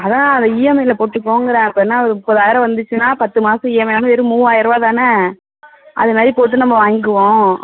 அதான் அது இஎம்ஐயில போட்டுப்போங்கறன் இப்போ என்ன ஒரு முப்பதாயிரம் வந்துச்சுன்னா பத்து மாதம் இஎம்ஐன்னா வெறும் மூவாயரூவா தான அதுமாரி போட்டு நம்ம வாய்ங்க்குவோம்